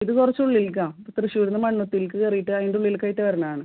ഇത് കുറച്ച് ഉള്ളിലേക്കാണ് തൃശ്ശൂരിൽനിന്ന് മണ്ണുത്തിയിലേക്ക് കയറിയിട്ട് അതിൻ്റെയുള്ളിലേക്കായിട്ട് വരുന്നതാണ്